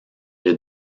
les